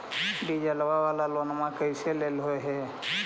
डीजलवा वाला लोनवा कैसे लेलहो हे?